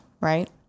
right